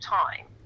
time